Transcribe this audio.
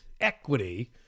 equity